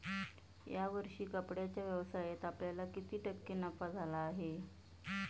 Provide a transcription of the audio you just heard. या वर्षी कपड्याच्या व्यवसायात आपल्याला किती टक्के नफा झाला आहे?